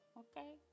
okay